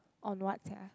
on what sia